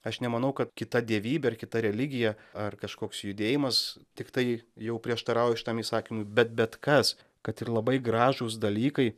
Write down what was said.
aš nemanau kad kita dievybė ar kita religija ar kažkoks judėjimas tiktai jau prieštarauja šitam įsakymui bet bet kas kad ir labai gražūs dalykai